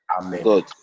amen